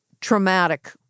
traumatic